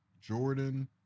Jordan